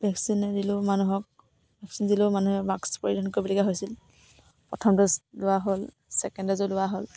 ভেকচিনে দিলেও মানুহক ভেকচিন দিলেও মানুহে মাস্ক পৰিধান কৰিবলগীয়া হৈছিল প্ৰথম ড'জ লোৱা হ'ল ছেকেণ্ড ড'জো লোৱা হ'ল